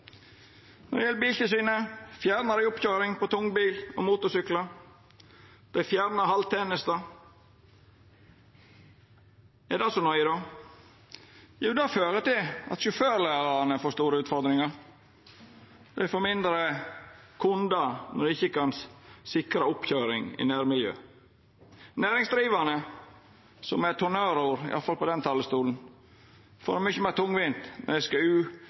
Når det gjeld Biltilsynet, fjerna dei oppkøyring for tungbil og motorsyklar, dei fjerna halltenesta. Er det så nøye då? Ja, for det fører til at sjåførlærarane får store utfordringar. Dei får færre kundar når dei ikkje kan sikra oppkøyring i nærmiljøet. Næringsdrivande, som er eit honnørord – i alle fall på denne talarstolen – får det mykje meir tungvint når dei skal